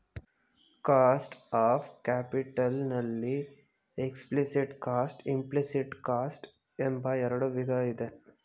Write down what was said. cost of capital ನಲ್ಲಿ explicit cost, implicit cost ಎಂಬ ಎರಡು ವಿಧ ಇದೆ